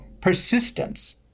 persistence